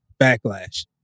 Backlash